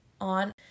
On